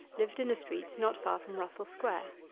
lived in a street not far from russell square.